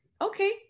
okay